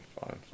fine